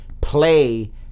play